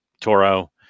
Toro